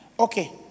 Okay